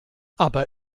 aber